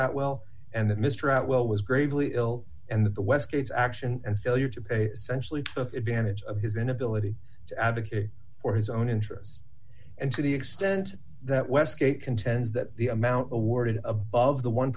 that well and mr out well was gravely ill and the westgate action and failure to sensually took advantage of his inability to advocate for his own interests and to the extent that westgate contends that the amount awarded above the one